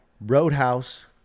Roadhouse